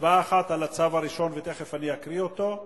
הצבעה אחת על הצו הראשון, ותיכף אקריא אותו,